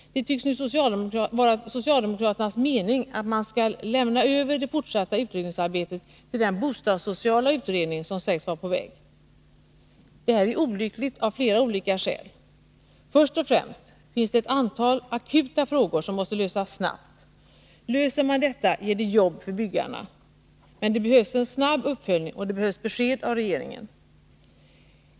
Det tycks nu vara socialdemokraternas mening att lämna över det fortsatta utredningsarbetet till den bostadssociala utredning som sägs vara på väg. Det är olyckligt av flera skäl. Först och främst finns det ett antal akuta frågor som måste lösas snabbt. Löser man dem, ger det jobb för byggarna. Men det behövs en snabb uppföljning, och det behövs besked av regeringen.